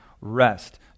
rest